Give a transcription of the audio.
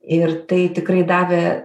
ir tai tikrai davė